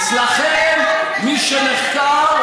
אצלכם מי שנחקר